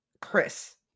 Chris